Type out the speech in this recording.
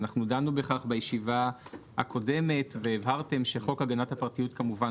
דנו בכך בישיבה הקודמת והבהרתם שחוק הגנת הפרטיות כמובן